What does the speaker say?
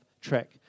track